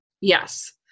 Yes